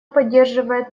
поддерживает